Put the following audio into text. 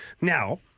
Now